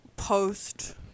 post